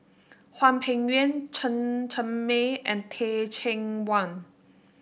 Hwang Peng Yuan Chen Cheng Mei and Teh Cheang Wan